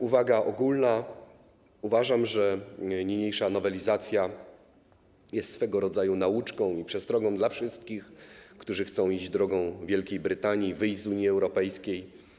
Uwaga ogólna - sądzę, że niniejsza nowelizacja jest swego rodzaju nauczką i przestrogą dla wszystkich, którzy chcą iść drogą Wielkiej Brytanii, wyjść z Unii Europejskiej.